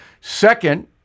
Second